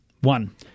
One